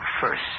first